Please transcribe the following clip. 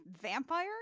vampire